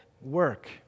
work